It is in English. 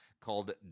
called